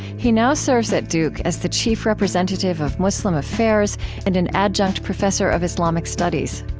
he now serves at duke as the chief representative of muslim affairs and an adjunct professor of islamic studies.